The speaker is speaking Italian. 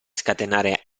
scatenare